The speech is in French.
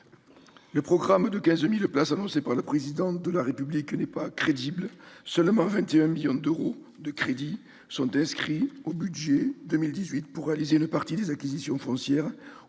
Le programme de 15 000 places annoncé par le Président de la République n'est pas crédible. Seuls 21 millions d'euros de crédits sont inscrits au budget 2018 pour réaliser une partie des acquisitions foncières